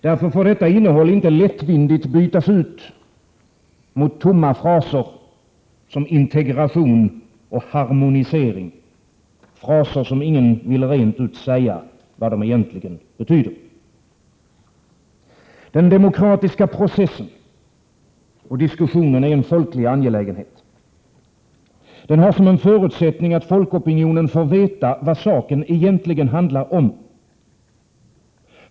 Därför får detta innehåll inte lättvindigt bytas ut mot tomma fraser som integration och harmonisering — fraser som ingen vill rent ut säga vad de egentligen betyder. Den demokratiska processen och diskussionen är en folklig angelägenhet. Den har som en förutsättning att folkopinionen får veta vad saken handlar om.